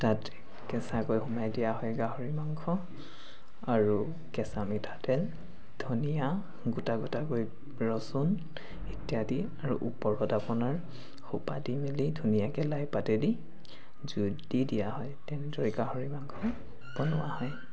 তাত কেঁচাকৈ সোমাই দিয়া হয় গাহৰি মাংস আৰু কেঁচা মিঠাতেল ধনিয়া গোটা গোটাকৈ ৰচুন ইত্যাদি আৰু ওপৰত আপোনাৰ সোপা দি মেলি ধুনীয়াকৈ লাই পাতেদি জুইত দি দিয়া হয় তেনেদৰে গাহৰি মাংস বনোৱা হয়